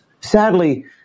Sadly